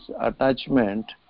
attachment